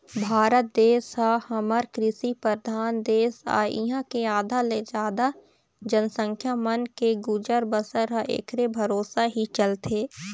भारत देश ह हमर कृषि परधान देश आय इहाँ के आधा ले जादा जनसंख्या मन के गुजर बसर ह ऐखरे भरोसा ही चलथे